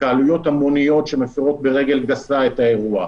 התקהלויות המוניות שמפרות ברגל גסה את האירוע,